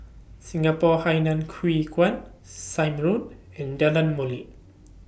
Singapore Hainan Hwee Kuan Sime Road and Jalan Molek